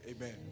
Amen